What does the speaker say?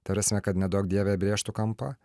ta prasme kad neduok dieve įbrėžtų kampą